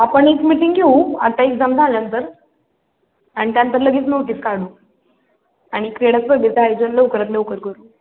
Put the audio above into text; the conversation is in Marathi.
आपण एक मीटिंग घेऊ आता एक्झाम झाल्यानंतर आणि त्यानंतर लगेच नोटीस काढू आणि लवकरात लवकर करू